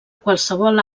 qualsevol